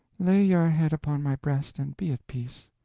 lay your head upon my breast, and be at peace.